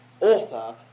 author